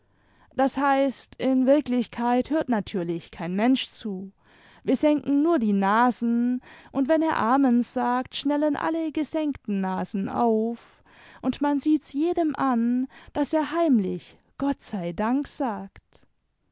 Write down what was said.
das heißt in wirklichkeit hört natürlich kein mensch zu wir senken nur die nasen und wenn er amen sagt schnellen alle gesenkten nasen auf und man sieht s jedem an daß er heimlich gott sei dank sagt